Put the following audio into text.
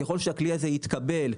ככל שהכלי הזה יתקבל,